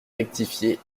rectifié